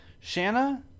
Shanna